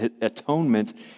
atonement